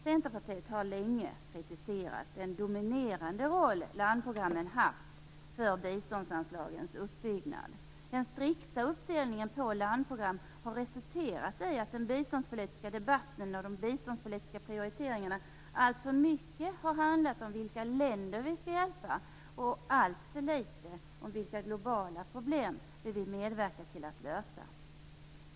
Centerpartiet har länge kritiserat den dominerande roll som landprogrammen haft för biståndsanslagens uppbyggnad. Den strikta uppdelningen på landprogram har resulterat i att den biståndspolitiska debatten och de biståndspolitiska prioriteringarna alltför mycket har handlat om vilka länder vi skall hjälpa och alltför litet om vilka globala problem vi vill medverka till att lösa.